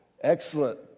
excellent